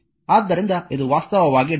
ಆದ್ದರಿಂದ ಇದು ವಾಸ್ತವವಾಗಿ Δ